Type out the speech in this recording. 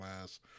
last